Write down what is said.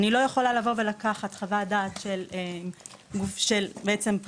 אני לא יכולה לבוא ולקחת חוות דעת שנעשית בעצם על